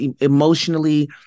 emotionally